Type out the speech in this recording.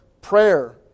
prayer